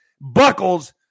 buckles